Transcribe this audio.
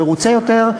מרוצה יותר,